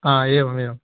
हा एवमेवम्